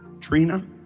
Trina